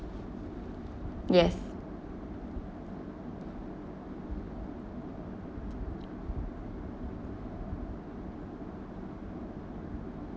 yes